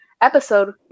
episode